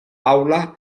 aula